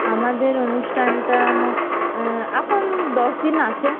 আমাদের অনুষ্ঠানটা এখন দশ দিন আছে